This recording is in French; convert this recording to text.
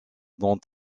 dont